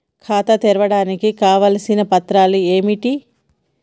ఖాతా తెరవడానికి కావలసిన పత్రాలు ఏమిటి?